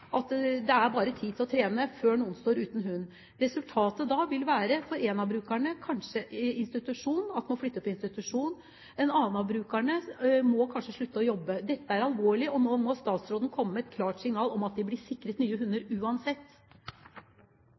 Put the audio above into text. bare spørsmål om tid før noen står uten hund. Resultatet vil da være at en av brukerne kanskje må flytte til institusjon, og en annen av brukerne må kanskje slutte å jobbe. Dette er alvorlig, og nå må statsråden komme med et klart signal om at de blir sikret nye hunder uansett.